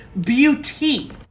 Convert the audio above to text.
beauty